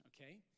okay